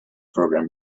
program